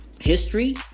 history